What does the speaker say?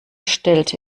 stellte